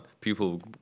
people